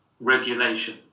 regulation